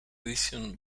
edition